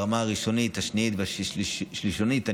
ערבי, כולם.